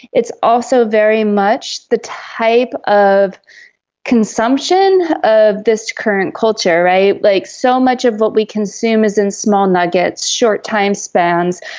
it's also very much the type of consumption of this current culture. like so much of what we consume is in small nuggets, short time spans.